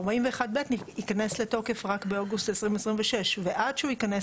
41ב ייכנס לתוקף רק באוגוסט 2026. ועד שהוא ייכנס